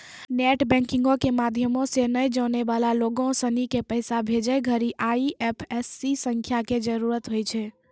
net बैंकिंगो के माध्यमो से नै जानै बाला लोगो सिनी के पैसा भेजै घड़ि आई.एफ.एस.सी संख्या के जरूरत होय छै